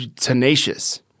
tenacious